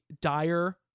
dire